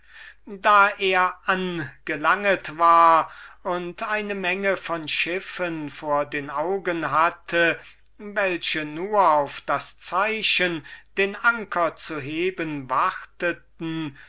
da er angelangt war und eine menge von schiffen vor den augen hatte welche nur auf das zeichen den anker zu heben wartete